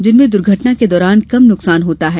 जिनमें दुर्घटना के दौरान कम नुकसान होता है